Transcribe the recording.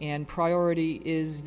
and priority is